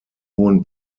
hohen